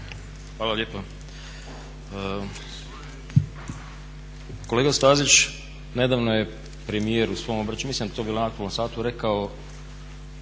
Hvala lijepa. Kolega Stazić nedavno je premijer u svom obraćanju, mislim da je to bilo na aktualnom satu, rekao